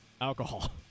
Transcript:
alcohol